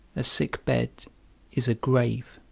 a sick bed is a grave,